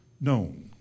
known